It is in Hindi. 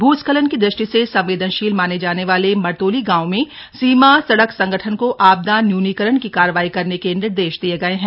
भूस्खलन की ृष्टि से संवेदनशील माने जाने वाले मरतोली गांव में सीमा सड़क संगठन को आपदा न्यूनीकरण की कार्रवाई करने के निर्देश दिये गये हैं